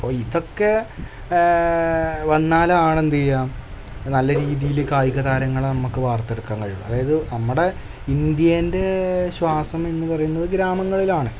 അപ്പോൾ ഇതൊക്കെ വന്നാലാണ് എന്തീയ്യാ നല്ല രീതിയിൽ കായിക താരങ്ങളെ നമുക്ക് വാർത്തെടുക്കാൻ കഴിയുള്ളൂ അതായത് നമ്മുടെ ഇന്ത്യേൻ്റെ ശ്വാസം എന്നു പറയുന്നത് ഗ്രാമങ്ങളിലാണ്